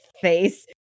face